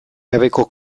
gabeko